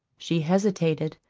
she hesitated.